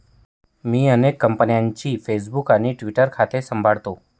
मी अनेक कंपन्यांची फेसबुक आणि ट्विटर खाती सांभाळतो